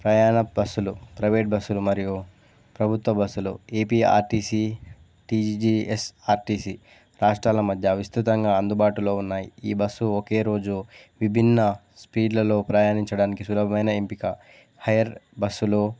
ప్రయాణ బస్సులు ప్రైవేట్ బస్సులు మరియు ప్రభుత్వ బస్సులు ఏపీఆర్టీసి టీజిఎస్ఆర్టీసి రాష్ట్రాల మధ్య విస్తృతంగా అందుబాటులో ఉన్నాయి ఈ బస్సు ఒకే రోజు విభిన్న స్పీడ్లలో ప్రయాణించడానికి సులభమైన ఎంపిక హయర్ బస్సులు